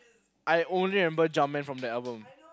I only remember Jarmen from the album